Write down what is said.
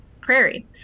prairie